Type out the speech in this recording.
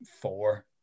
four